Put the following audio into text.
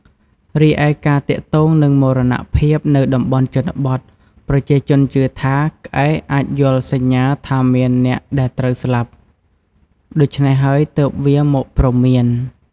រីឯការទាក់ទងនឹងមរណភាពនៅតំបន់ជនបទ ប្រជាជនជឿថា ក្អែកអាចយល់សញ្ញាថាមានអ្នកដែលត្រូវស្លាប់ ដូច្នេះហើយទើបវាមកព្រមាន។